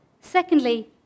Secondly